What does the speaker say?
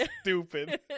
stupid